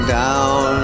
down